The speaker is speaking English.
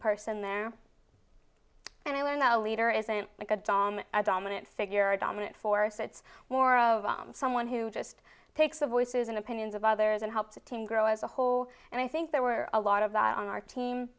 person there and i'm not a leader isn't a dom a dominant figure a dominant force it's more of i'm someone who just takes the voices and opinions of others and help the team grow as a whole and i think there were a lot of that on our team